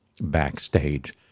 backstage